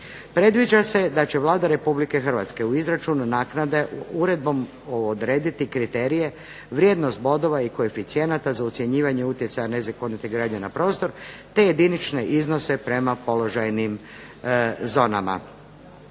Predviđa se da će Vlada Republike Hrvatske u izračunavanje naknade uredbom odrediti kriterije, vrijednost bodova i koeficijenata za ocjenjivanje utjecaja nezakonite gradnje na prostor te jedinične iznose prema položajnim zonama.